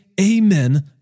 amen